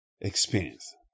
experience